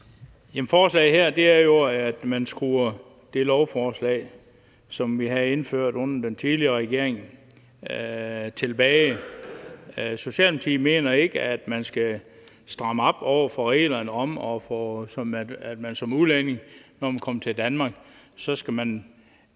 Forslaget her er jo, at man ruller det lovforslag, som vi vedtog under den tidligere regering, tilbage. Socialdemokratiet mener ikke, at man skal stramme op i reglerne over for udlændinge. Som det var, kunne man,